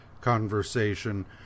conversation